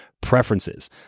preferences